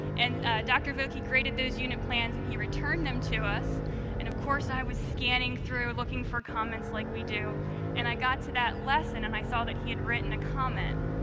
and dr. vocke graded those unit plans and he returned them to us and, of course, i was scanning through, looking for comments like we do and i got to that lesson and i saw that he had written a comment.